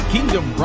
Kingdom